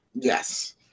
Yes